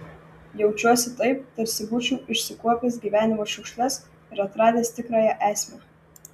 jaučiuosi taip tarsi būčiau išsikuopęs gyvenimo šiukšles ir atradęs tikrąją esmę